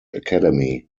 academy